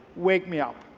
wake me up.